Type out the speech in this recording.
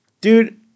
dude